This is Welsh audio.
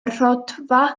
rhodfa